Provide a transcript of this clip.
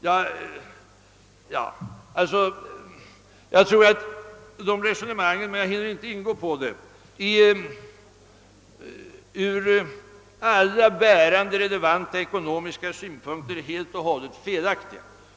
Jag hinner inte gå in närmare på det resonemanget, men jag tror att det ur alla bärande och relevanta synpunkter är helt och hållet felaktigt.